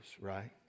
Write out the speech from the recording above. right